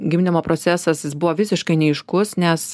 gimdymo procesas jis buvo visiškai neaiškus nes